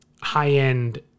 high-end